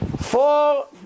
Four